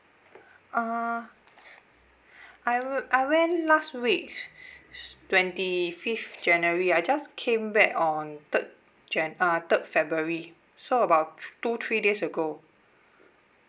uh I w~ I went last week twenty fifth january I just came back on third jan~ uh third february so about two three days ago